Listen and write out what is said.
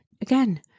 Again